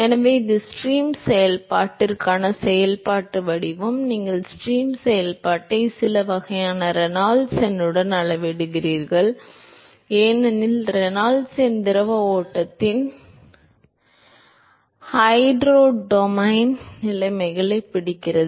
எனவே இது ஸ்ட்ரீம் செயல்பாட்டிற்கான செயல்பாட்டு வடிவம் நீங்கள் ஸ்ட்ரீம் செயல்பாட்டை சில வகையான ரெனால்ட்ஸ் எண்ணுடன் அளவிடுகிறீர்கள் ஏனெனில் ரெனால்ட்ஸ் எண் திரவ ஓட்டத்தின் ஹைட்ரோடைனமிக் நிலைமைகளைப் பிடிக்கிறது